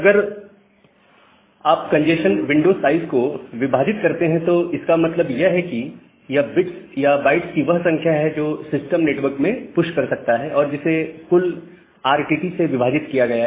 अगर आप congestion window size को विभाजित करते हैं तो इसका मतलब यह है कि यह बिट्स या बाइट्स की वह संख्या है जो सिस्टम नेटवर्क में पुश कर सकता है और जिसे कुल RTT से विभाजित किया गया है